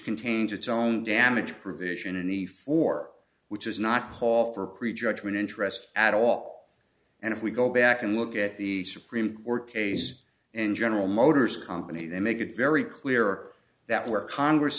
contains its own damage provision and the four which is not call for pre judgment interest at all and if we go back and look at the supreme court case in general motors company they make it very clear that where congress